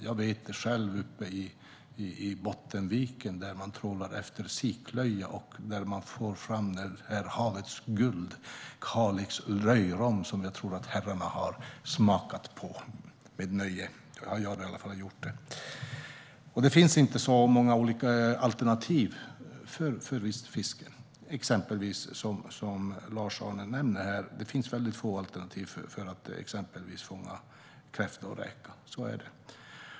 Jag vet själv hur det är uppe i Bottenviken, där man trålar efter siklöja och där man får fram havets guld, Kalix löjrom, som jag tror att herrarna har smakat på med nöje. Jag har i alla fall gjort det. Det finns inte så många alternativ för ristfiske, som Lars-Arne nämner. Det finns väldigt få alternativ för att exempelvis fånga kräfta och räka - så är det.